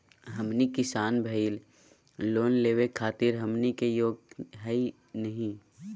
हमनी किसान भईल, लोन लेवे खातीर हमनी के योग्य हई नहीं?